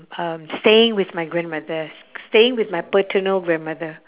um staying with my grandmother s~ staying with my paternal grandmother